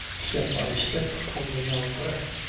step by step, holding our breath.